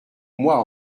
moi